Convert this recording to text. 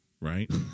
right